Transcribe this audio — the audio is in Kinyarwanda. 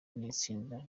n’itsinda